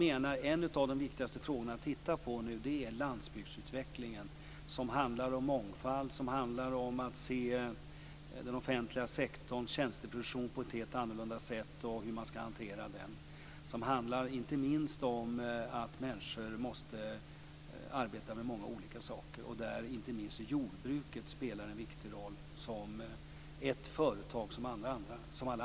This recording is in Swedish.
En av de viktigaste frågorna är utvecklingen på landsbygden, dvs. mångfald, tjänsteproduktionen inom den offentliga sektorn, att arbeta med många olika saker. Jordbruket spelar en stor roll som ett företag som alla andra företag.